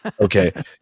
okay